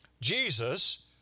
Jesus